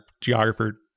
geographer